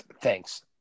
thanks